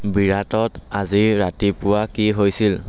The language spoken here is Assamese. বিৰাটত আজি ৰাতিপুৱা কি হৈছিল